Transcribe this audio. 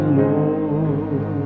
lord